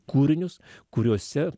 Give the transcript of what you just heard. kūrinius kuriuose